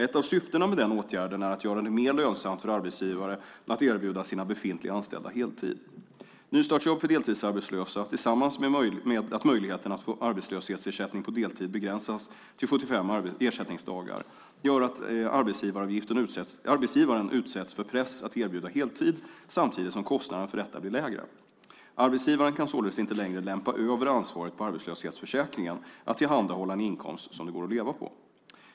Ett av syftena med den åtgärden är att göra det mer lönsamt för arbetsgivare att erbjuda sina befintliga anställda heltid. Nystartsjobb för deltidsarbetslösa, tillsammans med att möjligheten att få arbetslöshetsersättning på deltid begränsas till 75 ersättningsdagar, gör att arbetsgivaren utsätts för press att erbjuda heltid samtidigt som kostnaden för detta blir lägre. Arbetsgivaren kan således inte längre lämpa över ansvaret på arbetslöshetsförsäkringen att tillhandahålla en inkomst som det går att leva på.